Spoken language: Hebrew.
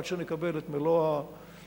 עד שנקבל את מלוא הדוחות